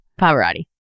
Pavarotti